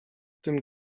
tym